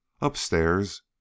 upstairs